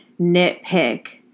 nitpick